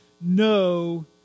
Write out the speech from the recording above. no